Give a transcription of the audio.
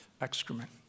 Excrement